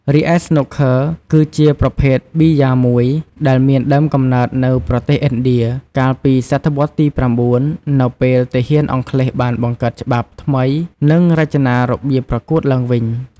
រីឯស្នូកឃឺ គឺជាប្រភេទប៊ីយ៉ាមួយ ដែលមានដើមកំណើតនៅប្រទេសឥណ្ឌា កាលពីសតវត្សទី ៩ នៅពេលទាហានអង់គ្លេសបានបង្កើតច្បាប់ថ្មី និងរចនារបៀបប្រកួតឡើងវិញ។